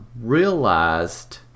realized